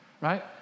right